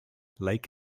lake